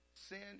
Sin